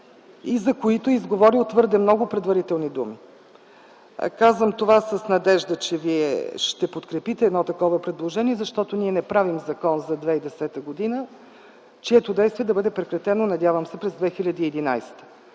и за които е изговорил твърде много предварителни думи. Казвам това с надежда, че вие ще подкрепите едно такова предложение, защото ние не правим закон за 2010 г., чието действие да бъде прекратено, надявам се, през 2011